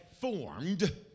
formed